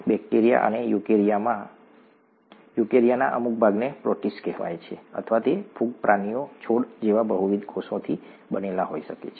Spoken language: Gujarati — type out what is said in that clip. બેક્ટેરિયા અને યુકેરિયાના અમુક ભાગને પ્રોટીસ્ટ કહેવાય છે અથવા તે ફૂગ પ્રાણીઓ છોડ જેવા બહુવિધ કોષોથી બનેલા હોઈ શકે છે